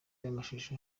y’amashusho